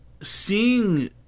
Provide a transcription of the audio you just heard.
seeing